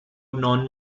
non